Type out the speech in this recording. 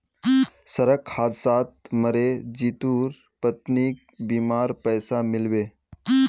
सड़क हादसात मरे जितुर पत्नीक बीमार पैसा मिल बे